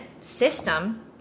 system